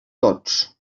tots